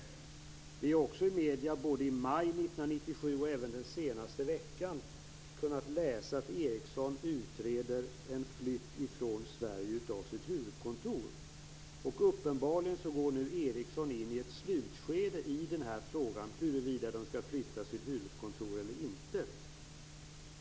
Vi har också i medierna, både i maj 1997 och även den senaste veckan, kunnat läsa att Sverige. Uppenbarligen går nu Ericsson in i ett slutskede i fråga om huruvida de skall flytta sitt huvudkontor eller inte.